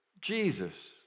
Jesus